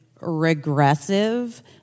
regressive